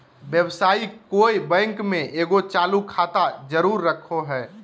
व्यवसायी कोय बैंक में एगो चालू खाता जरूर रखो हइ